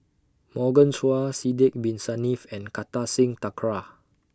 Morgan Chua Sidek Bin Saniff and Kartar Singh Thakral